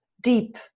deep